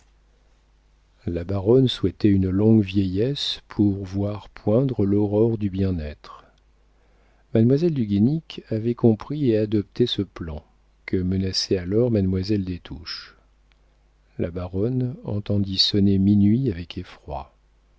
la baronne souhaitait une longue vieillesse pour voir poindre l'aurore du bien-être mademoiselle du guénic avait compris et adopté ce plan que menaçait alors mademoiselle des touches la baronne entendit sonner minuit avec effroi